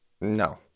No